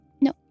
no